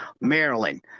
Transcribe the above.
Maryland